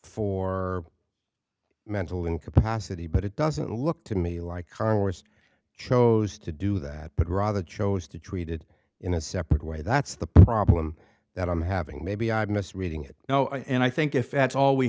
for mental incapacity but it doesn't look to me like carl was chose to do that but rather chose to treated in a separate way that's the problem that i'm having maybe i'm misreading it now and i think if that's all we